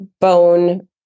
bone